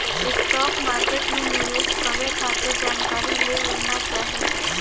stock market में निवेश करे खातिर जानकारी ले लेना चाही